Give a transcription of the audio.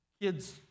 kids